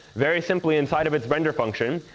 very simply inside of its render function,